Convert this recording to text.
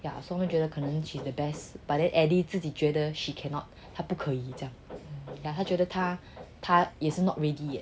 yeah so 会觉得可能 she's the best but then addy 自己觉得 she cannot 不可以这样他觉得他她 is not ready